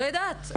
לא יודעת.